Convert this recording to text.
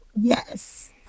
Yes